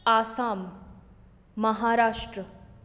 Assam Maharashtra